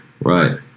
right